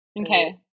Okay